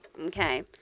okay